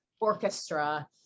orchestra